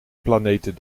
planeten